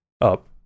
up